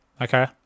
Okay